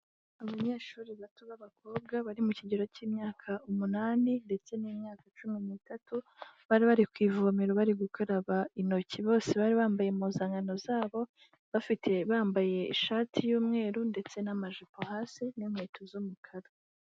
Abanyeshuri bato b'abakobwa, bari mu kigero cy'imyaka umunani, ndetse n'imyaka cumi n'itatu, bari bari ku ivomero bari gukaraba intoki, bose bari bambaye impuzankano, bafite, bambaye ishati y'umweru, ndetse n'amajipo hasi n'inkweto z'umukara.